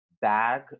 bag